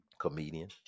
Comedian